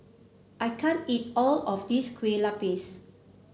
I can't eat all of this Kue Lupis